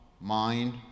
mind